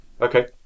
Okay